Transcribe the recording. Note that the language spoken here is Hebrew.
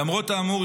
למרות האמור,